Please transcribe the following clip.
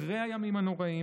אחרי הימים הנוראים,